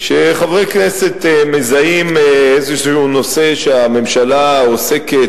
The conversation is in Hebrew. שחברי כנסת מזהים איזה נושא שהממשלה עוסקת